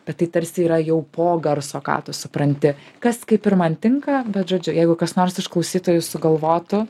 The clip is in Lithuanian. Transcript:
bet tai tarsi yra jau po garso ką tu supranti kas kaip ir man tinka bet žodžiu jeigu kas nors iš klausytojų sugalvotų